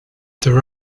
their